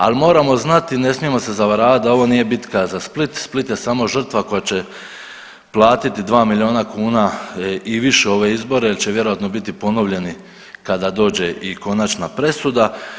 Ali moramo znati i ne smijemo se zavaravati da ovo nije bitka za Split, Split je samo žrtva koja će platiti 2 milijuna kuna i više ove izbore jer će vjerojatno biti ponovljeni kada dođe i konačna presuda.